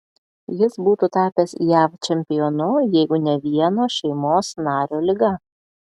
jis būtų tapęs jav čempionu jeigu ne vieno šeimos nario liga